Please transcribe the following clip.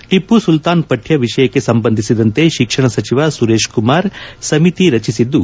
ಟಪ್ಪು ಸುಲ್ತಾನ್ ಪಕ್ಷ ವಿಷಯಕ್ಕೆ ಸಂಬಂಧಿಸಿದಂತೆ ಶಿಕ್ಷಣ ಸಚಿವ ಸುರೇಶ್ ಕುಮಾರ್ ಸಮಿತಿ ರಚಿಸಿದ್ದು